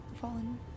fallen